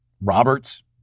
Roberts